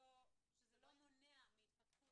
שזה לא מונע מהתפתחות